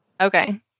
okay